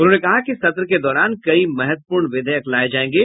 उन्होंने कहा कि सत्र के दौरान कई महत्वपूर्ण विधेयक लाये जायेंगे